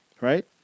Right